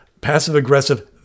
passive-aggressive